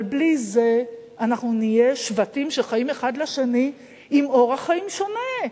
אבל בלי זה אנחנו נהיה שבטים שחיים האחד ליד השני עם אורח חיים שונה,